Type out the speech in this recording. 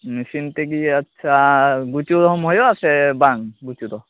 machine ᱛᱮᱜᱮ ᱟᱪᱪᱷᱟ ᱜᱩᱪᱩ ᱦᱚᱢ ᱦᱚᱭᱚᱜᱼᱟ ᱥᱮ ᱵᱟᱝ ᱜᱩᱪᱩ ᱫᱚ